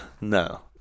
no